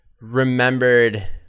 remembered